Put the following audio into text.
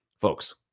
Folks